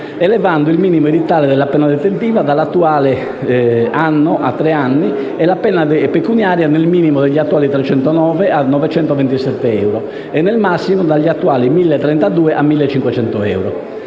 elevando il minimo edittale della pena detentiva dall'attuale anno a tre anni e la pena pecuniaria, nel minimo, dagli attuali 309 euro a 927 euro e, nel massimo, dagli attuali 1.032 a 1.500 euro.